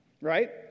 Right